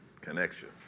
Connection